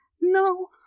no